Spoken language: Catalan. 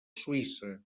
suïssa